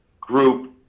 group